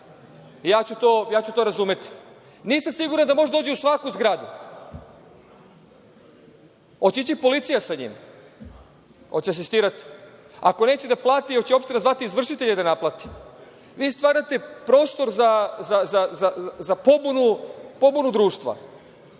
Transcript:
ja ću to razumeti. Nisam siguran da može da uđe u svaku zgradu. Hoće li ići policija sa njim? Hoće li asistirati? Ako neće da plati, hoće li opština zvati izvršitelja da naplati? Vi stvarate prostor za pobunu društva,